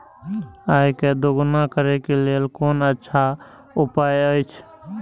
आय के दोगुणा करे के लेल कोन अच्छा उपाय अछि?